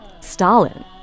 Stalin